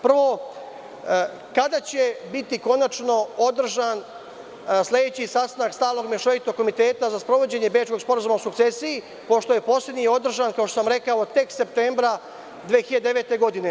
Prvo, kada će biti konačno održan sledeći sastanak stalnog Mešovitog komiteta za sprovođenje Bečkog sporazuma o sukcesiji, pošto je poslednji održan, kao što sam rekao, tek septembra 2009. godine?